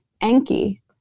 Enki